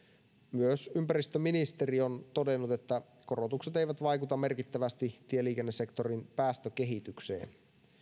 myös ympäristöministeri on todennut että korotukset eivät vaikuta merkittävästi tieliikennesektorin päästökehitykseen